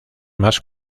más